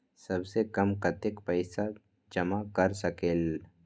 सबसे कम कतेक पैसा जमा कर सकेल?